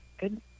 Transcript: Good